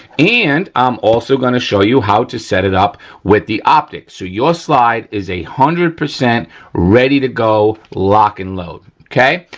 and i'm also going to show you how to set it up with the optics. so your slide is one hundred percent ready to go. lock and load. okay,